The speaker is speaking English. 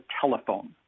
telephone